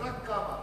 שזה רק כמה.